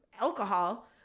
alcohol